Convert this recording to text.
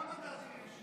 כמה מנדטים יש?